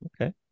Okay